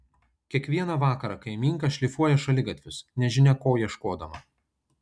kiekvieną vakarą kaimynka šlifuoja šaligatvius nežinia ko ieškodama